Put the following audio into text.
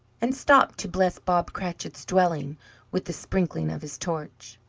and stopped to bless bob cratchit's dwelling with the sprinklings of his torch.